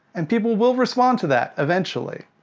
and people will respond to that, eventually.